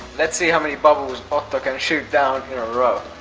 let's see how many bubbles otto can shoot down in a row.